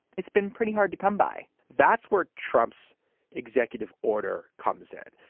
it's been pretty hard to come by that's where trump's executive order comes in.